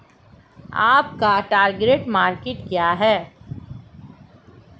आपका target market क्या है?